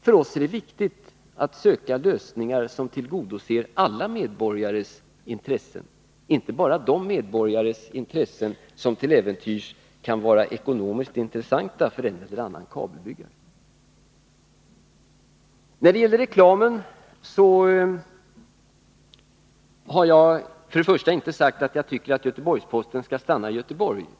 För oss är det viktigt att söka lösningar som tillgodoser alla medborgares intressen, inte bara de medborgares intressen som till äventyrs kan vara ekonomiskt intressanta för en eller annan kabelbyggare. Vad beträffar reklamen har jag inte sagt att jag tycker att Göteborgs Posten skall stanna i Göteborg.